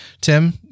tim